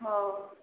ହଁ